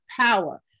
power